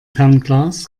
fernglas